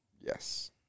Yes